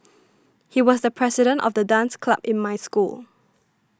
he was the president of the dance club in my school